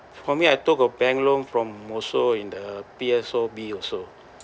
for me I took a bank loan from also in the P_S_O_B also